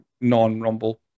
non-Rumble